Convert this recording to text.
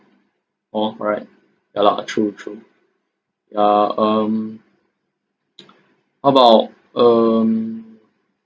[ho] right ya lah true true yeah um how about um